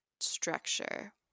structure